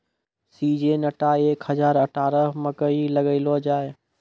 Syngenta एक हजार अठारह मकई लगैलो जाय?